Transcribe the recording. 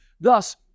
Thus